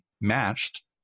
matched